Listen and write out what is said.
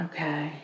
Okay